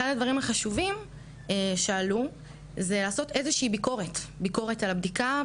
אחד הדברים החשובים שעלו זה לעשות איזושהי ביקורת על הבדיקה,